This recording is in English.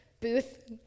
booth